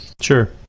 Sure